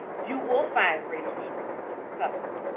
you will find race-restrictive covenants.